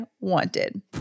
wanted